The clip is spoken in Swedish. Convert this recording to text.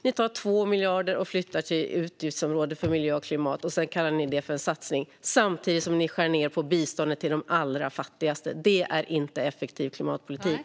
Ni tar 2 miljarder och flyttar dem till utgiftsområdet för miljö och klimat, och sedan kallar ni det för en satsning samtidigt som ni skär ned på biståndet till de allra fattigaste. Det är inte effektiv klimatpolitik.